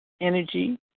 energy